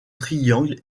triangle